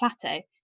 plateau